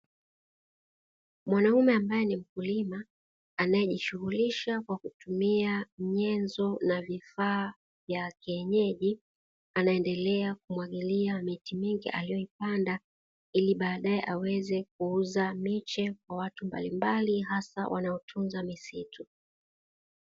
Mwanaume ambaye ni mkulima, anayejishugulisha kwa kukutumia nyenzo na vifaa vya kienyeji, anaendelea kumwagilia miti mingi aliyoipanda ili badaye aweze kuuza miche kwa watu mbali mmbali hasa wanaotunza misitu.